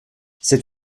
c’est